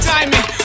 Diamond